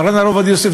מרן הרב עובדיה יוסף,